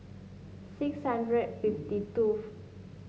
six hundred fifty